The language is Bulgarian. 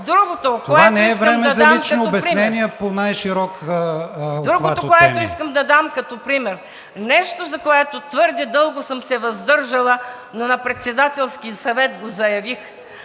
Другото, което искам да дам като пример – нещо, за което твърде дълго съм се въздържала, но на Председателския съвет го заявих.